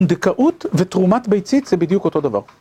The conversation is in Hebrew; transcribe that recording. פונדקאות ותרומת ביצית זה בדיוק אותו דבר.